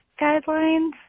guidelines